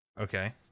Okay